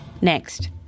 Next